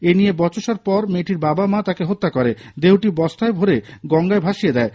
এনিয়ে বচসার পর মেয়েটির বাবা মা তাকে হত্যা করে দেহটি বস্তায় ভরে গঙ্গায় ভাসিয়ে দেয়